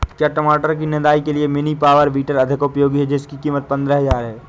क्या टमाटर की निदाई के लिए मिनी पावर वीडर अधिक उपयोगी है जिसकी कीमत पंद्रह हजार है?